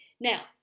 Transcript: now